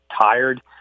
tired